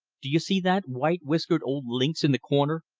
do you see that white whiskered old lynx in the corner?